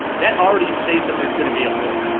that already states that there's going to be a vote.